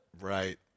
Right